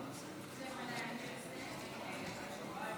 עמיתי חבר הכנסת ינון